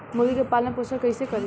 मुर्गी के पालन पोषण कैसे करी?